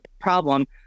problem